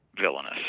villainous